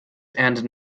and